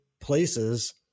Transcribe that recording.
places